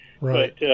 right